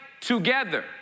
together